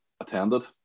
attended